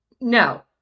No